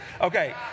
Okay